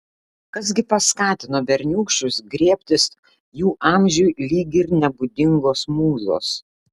kas gi paskatino berniūkščius griebtis jų amžiui lyg ir nebūdingos mūzos